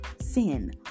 sin